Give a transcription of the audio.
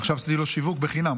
עכשיו עשיתי לו שיווק חינם.